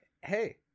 hey